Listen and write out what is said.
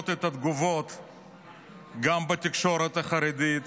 הצעת חוק שירות חובה לכול, התשפ"ד 2024,